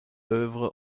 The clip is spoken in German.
œuvre